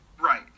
Right